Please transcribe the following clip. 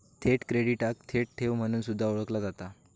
थेट क्रेडिटाक थेट ठेव म्हणून सुद्धा ओळखला जाता